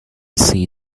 see